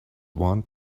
want